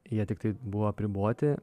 jie tiktai buvo apriboti